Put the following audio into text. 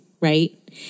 right